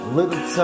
little